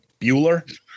Bueller